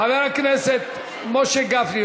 זה הדבר החשוב ביותר שיש לך להגיד היום לציבור הישראלי.